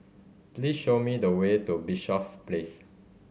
please show me the way to Bishops Place